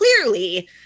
clearly